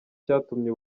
cyatumye